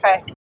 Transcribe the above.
Okay